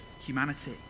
humanity